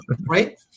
Right